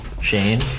shane